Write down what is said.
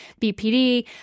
BPD